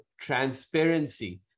transparency